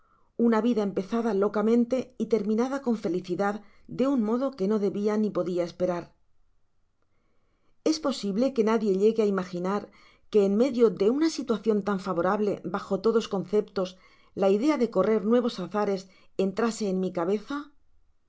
una vida empezada locamente y terminada con felicidad de un modo que no debia ni podia esperar es posible que nadie llegue á imaginar que en medio de una situacion tan favorable bajo todos conceptos la idea de correr nuevos azares entrase en mi cabeza